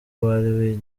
bari